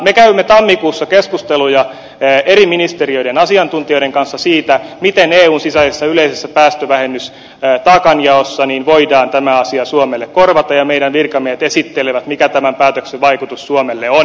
me käymme tammikuussa keskusteluja eri ministeriöiden asiantuntijoiden kanssa siitä miten eun sisäisessä yleisessä päästövähennystaakanjaossa voidaan tämä asia suomelle korvata ja meidän virkamiehet esittelevät mikä tämän päätöksen vaikutus suomelle on